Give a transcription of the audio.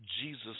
Jesus